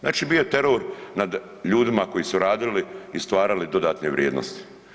Znači bio je teror nad ljudima koji su radili i stvarali dodatne vrijednosti.